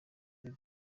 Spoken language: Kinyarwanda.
the